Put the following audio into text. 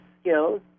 skills